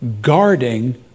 guarding